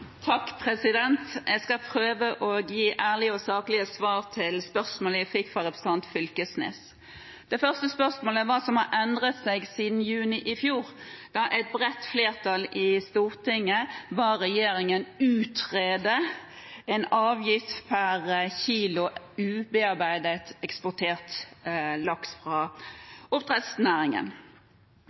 Det første spørsmålet var om hva som har endret seg siden juni i fjor da et bredt flertall i Stortinget ba regjeringen utrede en avgift per kilo eksportert ubearbeidet laks fra oppdrettsnæringen.